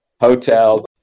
hotels